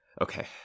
Okay